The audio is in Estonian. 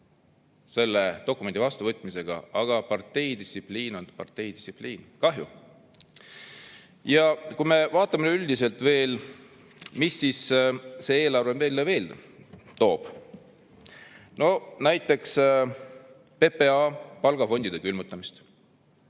selle dokumendi vastuvõtmisega, aga parteidistsipliin on parteidistsipliin. Kahju. Vaatame üldiselt veel, mida siis see eelarve meile veel toob. Näiteks PPA palgafondi külmutamise.